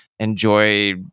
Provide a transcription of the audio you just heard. enjoy